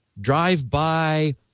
drive-by